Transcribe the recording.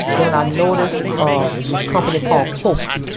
then i noticed a company called coke.